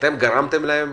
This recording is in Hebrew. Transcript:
אתם גרמתם להם